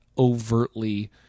Overtly